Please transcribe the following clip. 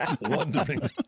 wondering